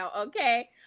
Okay